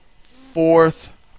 fourth